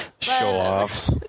Show-offs